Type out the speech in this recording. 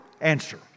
answer